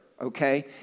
okay